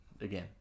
again